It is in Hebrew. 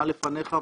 מה לפניך,